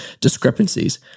discrepancies